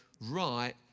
right